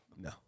No